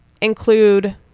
include